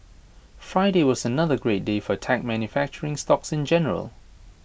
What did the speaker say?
Friday was another great day for tech manufacturing stocks in general